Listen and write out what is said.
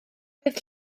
bydd